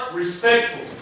respectful